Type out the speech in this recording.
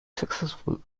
successful